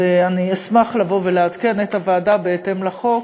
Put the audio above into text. אני אשמח לבוא ולעדכן את הוועדה בהתאם לחוק